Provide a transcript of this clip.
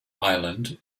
island